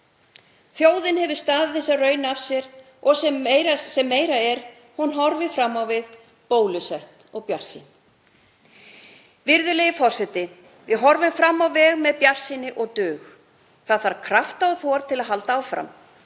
Þjóðin hefur staðið þessa raun af sér og það sem meira er, hún horfir fram á við, bólusett og bjartsýn. Virðulegi forseti. Við horfum fram á veg með bjartsýni og dug, það þarf krafta og þor til að halda áfram,